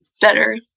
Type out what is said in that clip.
better